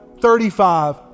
thirty-five